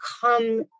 come